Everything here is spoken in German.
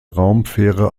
raumfähre